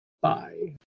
Bye